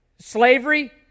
Slavery